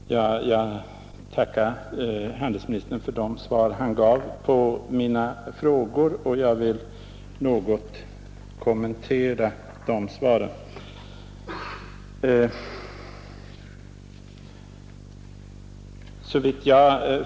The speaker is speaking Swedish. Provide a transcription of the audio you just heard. Fru talman! Jag tackar handelsministern för de svar han gav på mina frågor, och jag vill något kommentera dessa svar.